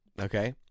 okay